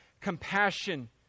compassion